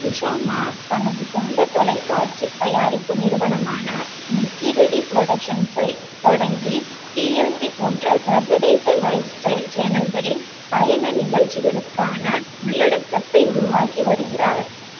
சுஷாமா தனது சொந்த தொலைக்காட்சி தயாரிப்பு நிறுவனமான நிக்கி ரெட்டி புரொடக்ஷன்ஸைத் தொடங்கி டிஎல்சி போன்ற சர்வதேச லைஃப்ஸ்டைல் சேனல்களில் பயண நிகழ்ச்சிகளுக்கான உள்ளடக்கத்தை உருவாக்கி வருகிறார்